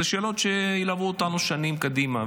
אלו שאלות שילוו אותנו שנים קדימה,